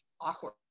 awkward